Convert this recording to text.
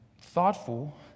thoughtful